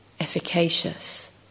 efficacious